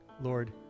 Lord